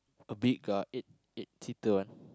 a big car eight eight seater one